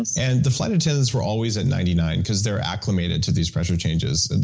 and and the flight attendants were always at ninety nine because they're acclimated to these pressure changes,